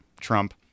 Trump